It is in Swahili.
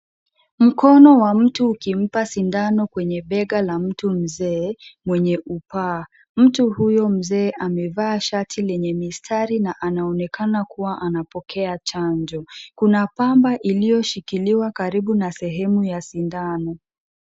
Mkono wa mtu ukimpa sindano kwenye bega la mtu mzee, mwenye upaa. Mtu huyo mzee amevaa shati lenye mistari na anaonekana kuwa anapokea chanjo. Kuna pamba iliyoshikiliwa karibu na sehemu ya sindano.